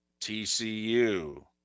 TCU